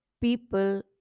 people